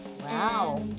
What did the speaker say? wow